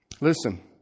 Listen